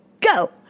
Go